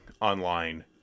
online